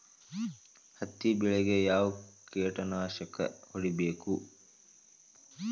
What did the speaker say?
ಹತ್ತಿ ಬೆಳೇಗ್ ಯಾವ್ ಕೇಟನಾಶಕ ಹೋಡಿಬೇಕು?